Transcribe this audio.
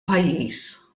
pajjiż